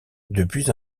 depuis